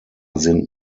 sind